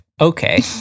Okay